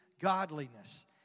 godliness